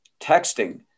texting